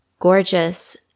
Gorgeous